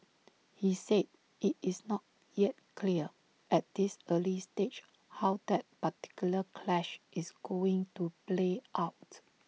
he said IT is not yet clear at this early stage how that particular clash is going to play out